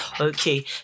Okay